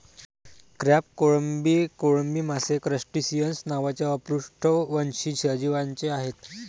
crab, कोळंबी, कोळंबी मासे क्रस्टेसिअन्स नावाच्या अपृष्ठवंशी सजीवांचे आहेत